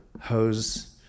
hose